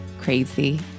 crazy